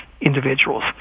individuals